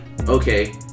okay